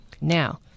Now